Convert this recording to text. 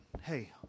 hey